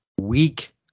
weak